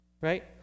right